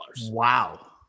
Wow